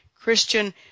Christian